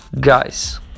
Guys